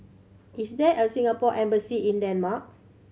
is there a Singapore Embassy in Denmark